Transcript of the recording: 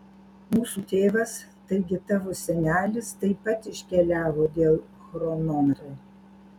mūsų tėvas taigi tavo senelis taip pat iškeliavo dėl chronometro